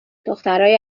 دخترای